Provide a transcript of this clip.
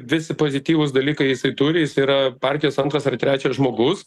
visi pozityvūs dalykai jisai turi jis yra partijos antras ar trečias žmogus